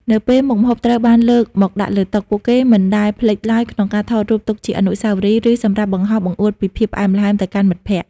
នៅពេលមុខម្ហូបត្រូវបានលើកមកដាក់លើតុ ពួកគេមិនដែលភ្លេចឡើយក្នុងការថតរូបទុកជាអនុស្សាវរីយ៍ ឬសម្រាប់បង្ហោះបង្អួតពីភាពផ្អែមល្ហែមទៅកាន់មិត្តភក្តិ។